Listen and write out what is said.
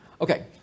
Okay